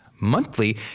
Monthly